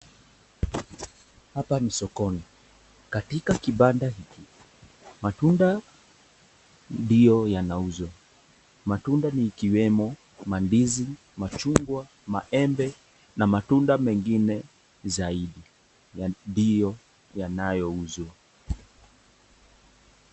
Hapa ni sokoni katika kibanda hiki matunda ndio yanauzwa. Matunda ni ikiwemo mandizi, machungwa, maembe na matunda mengine zaidi ndio yanayouzwa.